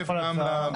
תקפה גם כאן.